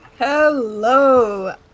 Hello